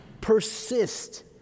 Persist